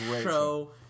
show